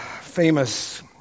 famous